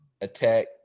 attack